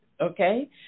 okay